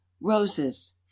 roses